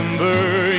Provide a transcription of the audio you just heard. Remember